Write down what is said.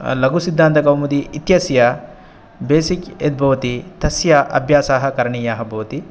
लघुसिद्धान्तकौमुदी इत्यस्य बेसिक् यद् भवति तस्य अभ्यासः करणीयः भवति